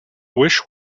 wish